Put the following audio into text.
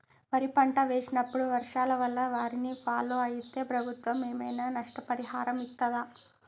వరి పంట వేసినప్పుడు వర్షాల వల్ల వారిని ఫాలో అయితే ప్రభుత్వం ఏమైనా నష్టపరిహారం ఇస్తదా?